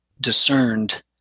discerned